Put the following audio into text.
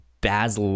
Baz